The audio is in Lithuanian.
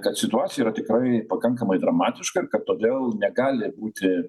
kad situacija yra tikrai pakankamai dramatiška kad todėl negali būti